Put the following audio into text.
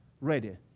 ready